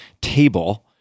table